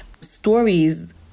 stories